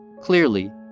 Clearly